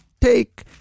take